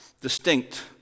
distinct